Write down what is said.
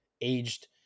aged